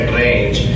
range